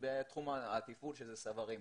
בתחום התפעול, שזה סוורים.